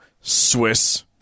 Swiss